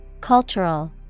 Cultural